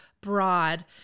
broad